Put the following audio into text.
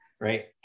right